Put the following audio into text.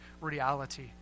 reality